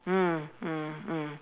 mm mm mm